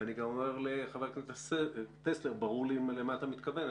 ואני גם אומר לחבר הכנסת טסלר שברור לי למה אתה מתכוון.